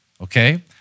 okay